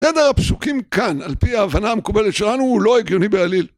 סדר הפסוקים כאן, על פי ההבנה המקובלת שלנו, הוא לא הגיוני בעליל.